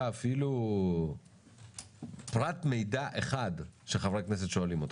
אפילו פרט מידע אחד שחברי הכנסת שואלים אותך.